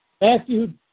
Matthew